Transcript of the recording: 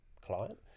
client